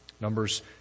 Numbers